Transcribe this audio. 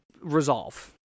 resolve